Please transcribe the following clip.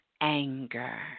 anger